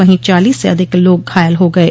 वहीं चालीस से अधिक लोग घायल हो गये